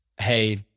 hey